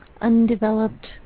undeveloped